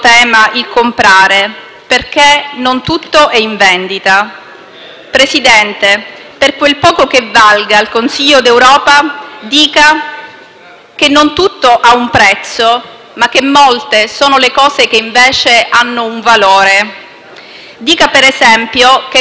quel poco che valga, al Consiglio europeo dica che non tutto ha un prezzo, ma che molte sono le cose che, invece, hanno un valore. Dica, per esempio, che non è più in vendita la dignità dei lavoratori, né è più negoziabile